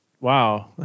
wow